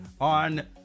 on